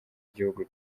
iguhugu